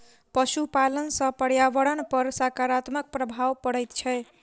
पशुपालन सॅ पर्यावरण पर साकारात्मक प्रभाव पड़ैत छै